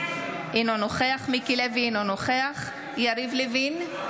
אינו נוכח מיקי לוי, אינו נוכח יריב לוין,